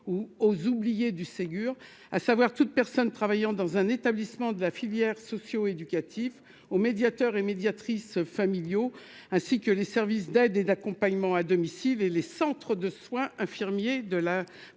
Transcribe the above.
ou aux oubliées du Ségur à savoir toute personne travaillant dans un établissement de la filière socio-éducatif au médiateur et médiatrice familiaux ainsi que les services d'aide et d'accompagnement à domicile et les centres de soins infirmiers de la branche